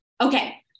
Okay